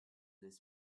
this